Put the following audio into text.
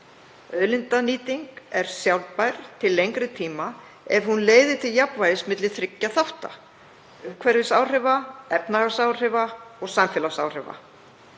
Auðlindanýting er sjálfbær til lengri tíma ef hún leiðir til jafnvægis milli þriggja þátta; umhverfisáhrifa, efnahagsáhrifa og samfélagsáhrifa.